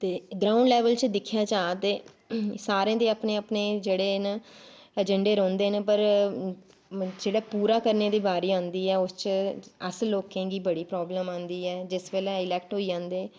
ते ground level च दिक्खेआ जा ते सारें दे अपने अपने जेह्ड़े न अज़ैंडे रौंह्दे न पर जेह्ड़ा पूरा करने दी बारी आंदी ऐ उस च अस लोकें गी बड़ी प्राब्लम आंदी ऐ जिस बेल्लै एह् इलैक्ट होई जंदे